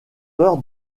peur